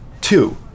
two